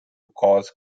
cause